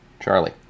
Charlie